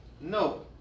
No